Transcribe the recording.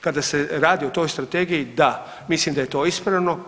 Kada se radi o toj strategiji, da, mislim da je to ispravno.